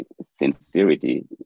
sincerity